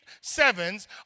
sevens